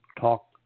talk